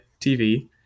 tv